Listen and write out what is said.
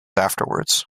afterwards